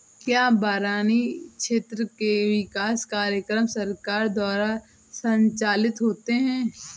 क्या बरानी क्षेत्र के विकास कार्यक्रम सरकार द्वारा संचालित होते हैं?